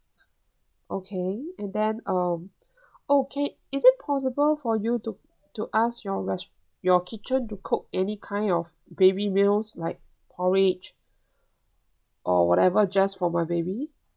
okay and then um okay is it possible for you to to ask your rest~ your kitchen to cook any kind of baby meals like porridge or whatever just for my baby